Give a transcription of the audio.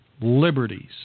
liberties